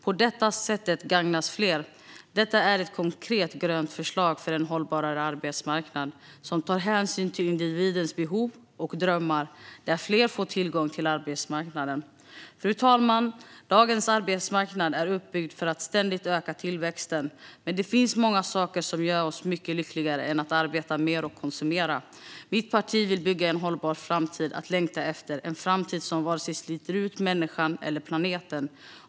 På detta sätt gagnas fler. Detta är ett konkret grönt förslag för en mer hållbar arbetsmarknad som tar hänsyn till individens behov och drömmar och som ger fler tillgång till arbetsmarknaden. Fru talman! Dagens arbetsmarknad är uppbyggd för att ständigt öka tillväxten. Men det finns många saker som gör oss mycket lyckligare än att arbeta och konsumera mer. Mitt parti vill bygga en hållbar framtid att längta efter, en framtid som varken sliter ut människan eller planeten.